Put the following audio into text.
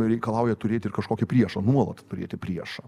reikalauja turėt ir kažkokį priešą nuolat turėti priešą